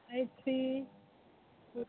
eight three